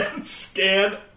Scan